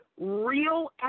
real